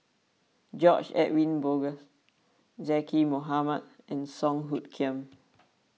George Edwin Bogaars Zaqy Mohamad and Song Hoot Kiam